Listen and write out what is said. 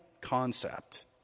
concept